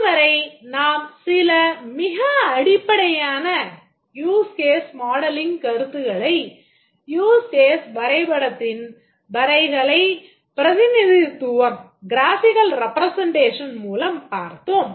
இதுவரை நாம் சில மிக அடிப்படையான use case மாடலிங் கருத்துகளை use case வரைபடத்தின் வரைகலை பிரதிநிதித்துவம் மூலம் பார்த்தோம்